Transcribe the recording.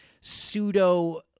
pseudo